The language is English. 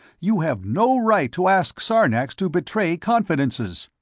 you have no right to ask sarnax to betray confidences!